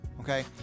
Okay